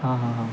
हां हां हां